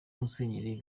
musenyeri